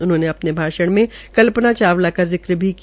उन्होंने अपने भाषण में कल्पना चावला का जिक्र भी किया